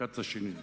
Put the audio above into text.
כץ השני.